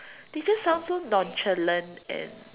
they just sound so nonchalant and